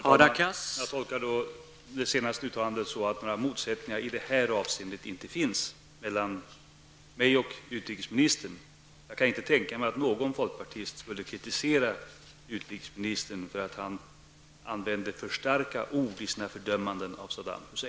Herr talman! Jag tolkar utrikesministerns senaste uttalande så, att det inte finns några motsättningar mellan mig och utrikesministern i det här avseendet. Jag kan inte tänka mig att någon folkpartist skulle kritisera utrikesministern för att han använder alltför starka ord i sina fördömanden av Saddam